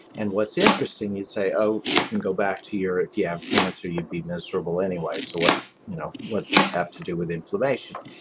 and what's interesting, you say oh, we can go back to your, if you have cancer, you'd be miserable anyway. so what's you know what's this have to do with inflammation?